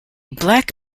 black